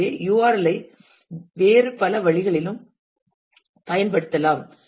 எனவே URL ஐ வேறு பல வழிகளிலும் பயன்படுத்தலாம்